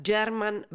German